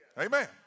Amen